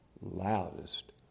loudest